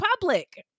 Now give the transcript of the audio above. public